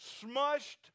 smushed